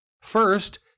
First